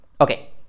okay